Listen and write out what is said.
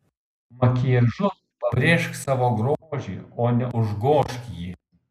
makiažu pabrėžk savo grožį o ne užgožk jį